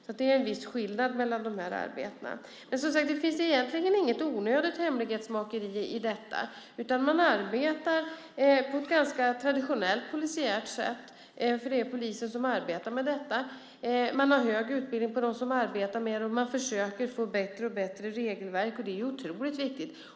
Det är alltså en viss skillnad mellan dessa arbeten. Som sagt finns det egentligen inget onödigt hemlighetsmakeri i detta, utan man arbetar på ett ganska traditionellt polisiärt sätt. Det är fler poliser som arbetar med detta, de som arbetar med det har högre utbildning och man försöker att få bättre och bättre regelverk. Det är otroligt viktigt.